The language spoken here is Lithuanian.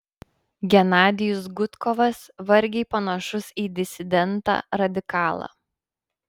genadijus gudkovas vargiai panašus į disidentą radikalą